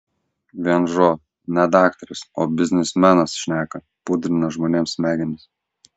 vienžo ne daktaras o biznismenas šneka pudrina žmonėms smegenis